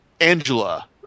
Angela